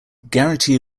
guarantee